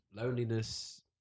loneliness